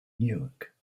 newark